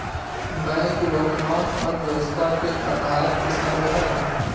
bank वर्तमान अर्थव्यवस्था के आधार स्तंभ है